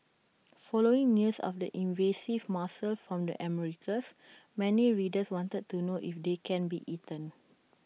following news of the invasive mussel from the Americas many readers wanted to know if they can be eaten